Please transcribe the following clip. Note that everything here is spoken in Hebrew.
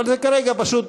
אבל זה כרגע פשוט,